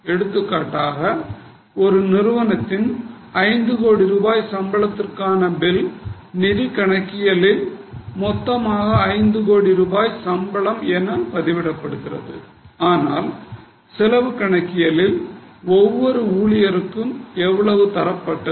உதாரணமாக ஒரு நிறுவனத்தின் 5 கோடி ரூபாய் சம்பளத்துக்கான பில் நிதிக் கணக்கில் மொத்தமாக ஐந்து கோடி ரூபாய் சம்பளம் என பதிவிடப்படுகிறது ஆனால் செலவு கணக்கியலில் ஒவ்வொரு ஊழியருக்கும் எவ்வளவு கொடுக்கப்பட்டது